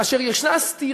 כאשר יש סתירה